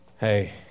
Hey